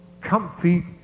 comfy